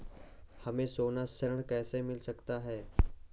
हमें सोना ऋण कैसे मिल सकता है?